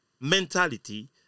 mentality